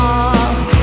off